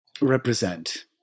represent